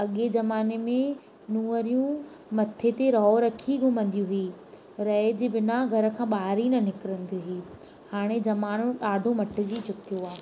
अॻिए ज़माने में नुंहरियूं मथे ते रओ रखी घुमंदी हुई रए जे बिना घर खां ॿाहिर ई न निकिरंदी हुई हाणे ज़मानो ॾाढो मटिजी चुकियो आहे